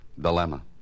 Dilemma